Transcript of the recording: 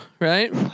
Right